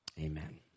Amen